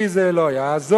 כי זה לא יעזור.